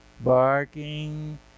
Barking